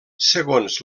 segons